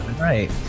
Right